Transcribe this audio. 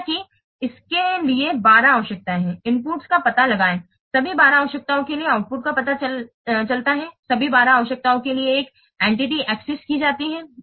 जैसे कि इसके लिए 12 आवश्यकताएं हैं इनपुट्स का पता लगाएं सभी 12 आवश्यकताओं के लिए आउटपुट का पता चलता है सभी 12 आवश्यकताओं के लिए तब एंटिटी एक्सेस की जाती है